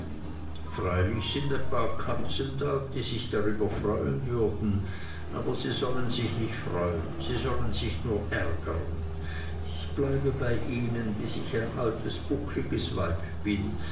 freilich sind ein paar katzen da die sich drüber freuen würden aber sie sollen sich nicht freuen sie sollen sich nur ärgern ich bleibe bei ihnen bis ich ein altes buckliges weib bin